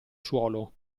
suolo